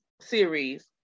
series